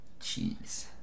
Jeez